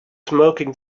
smoking